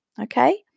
okay